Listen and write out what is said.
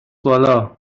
بالا